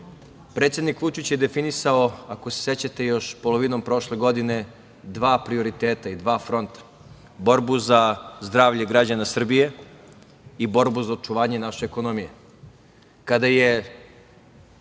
predsednik Vučić je definisao ako se sećate, još polovinom prošle godine, dva prioriteta i dva fronta, borbu za zdravlje građana Srbije i borbu za očuvanje naše ekonomije. Kada